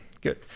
Good